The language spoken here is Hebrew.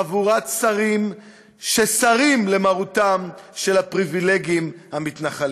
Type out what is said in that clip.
חבורת שרים שסרים למרותם של הפריבילגים המתנחלים.